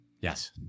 Yes